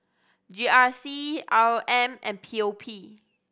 G R C R O M and P O P